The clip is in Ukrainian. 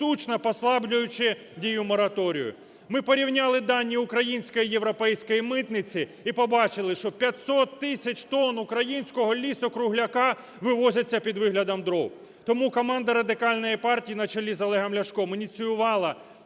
штучно послаблюючи дію мораторію. Ми порівняли дані української і європейської митниці і побачили, що 500 тисяч тонн українського лісу-кругляка вивозиться під виглядом дров. Тому команда Радикальної партії на чолі з Олегом Ляшком ініціювала